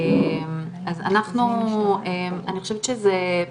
יש לנו